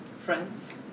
friends